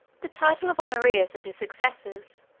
the title of honorius and his successors,